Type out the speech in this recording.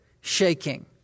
shaking